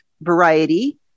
variety